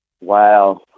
Wow